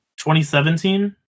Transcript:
2017